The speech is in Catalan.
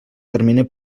termini